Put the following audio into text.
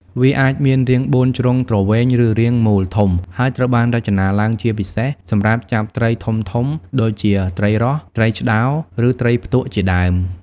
វាអាចមានរាងបួនជ្រុងទ្រវែង ឬរាងមូលធំ ហើយត្រូវបានរចនាឡើងជាពិសេសសម្រាប់ចាប់ត្រីធំៗដូចជាត្រីរស់ ត្រីឆ្តោ ឬត្រីផ្ទក់ជាដើម។